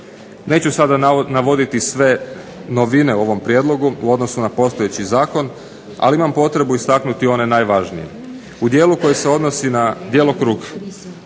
Neću sada navoditi sve novine u ovom prijedlogu u odnosu na postojeći zakon, ali imam potrebu istaknuti one najvažnije. U dijelu koji se odnosi na djelokrug